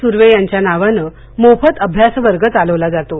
सुर्वे यांच्या नावानं मोफत अभ्यासवर्ग चालवला जातो